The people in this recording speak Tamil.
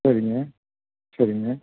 சரிங்க சரிங்க